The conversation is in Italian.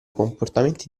comportamenti